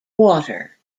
water